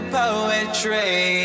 poetry